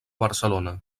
barcelona